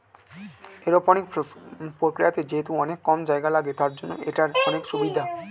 aeroponics প্রক্রিয়াতে যেহেতু অনেক কম জায়গা লাগে, তার জন্য এটার অনেক সুভিধা